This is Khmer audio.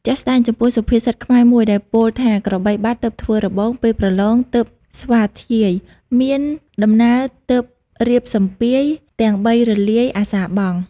ជាក់ស្ដែងចំពោះសុភាសិតខ្មែរមួយដែលពោលថាក្របីបាត់ទើបធ្វើរបង ពេលប្រឡងទើបស្វាធ្យាយ មានដំណើរទើបរៀបសម្ពាយ ទាំងបីរលាយអសារបង់។